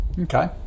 Okay